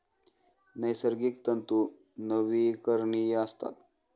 नैसर्गिक तंतू नवीकरणीय असतात